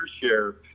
share